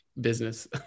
business